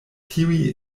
tiuj